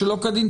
שלא כדין,